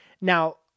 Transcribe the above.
Now